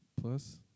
plus